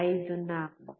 54